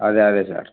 అదే అదే సార్